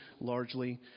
largely